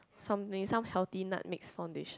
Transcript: something some healthy nut mix foundation